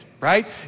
right